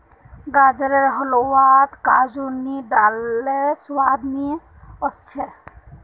गाजरेर हलवात काजू नी डाल लात स्वाद नइ ओस छेक